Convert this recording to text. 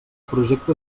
projecte